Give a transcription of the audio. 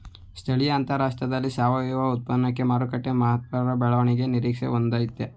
ಸ್ಥಳೀಯ ಅಂತಾರಾಷ್ಟ್ರದಲ್ಲಿ ಸಾವಯವ ಉತ್ಪನ್ನಕ್ಕೆ ಮಾರುಕಟ್ಟೆ ಮಹತ್ತರ ಬೆಳವಣಿಗೆ ನಿರೀಕ್ಷೆ ಹೊಂದಯ್ತೆ